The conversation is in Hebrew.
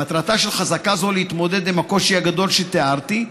מטרתה של חזקה זו להתמודד עם הקושי הגדול שתיארתי: